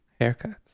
haircuts